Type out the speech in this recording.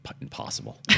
impossible